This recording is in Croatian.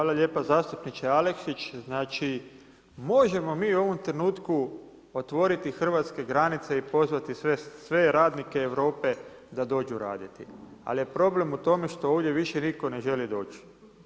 Hvala lijepa zastupniče Aleksić, znači možemo mi u ovom trenutku otvoriti hrvatske granice i pozvati sve radnike Europe da dođu raditi, al je problem u tome što ovdje više niko ne želi doći.